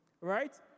Right